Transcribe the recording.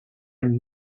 and